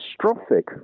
catastrophic